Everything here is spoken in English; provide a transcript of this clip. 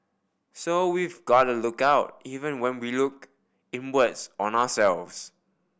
so we've got to look out even when we look inwards on ourselves